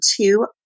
two